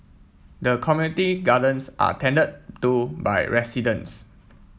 the community gardens are tended to by residents